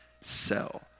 sell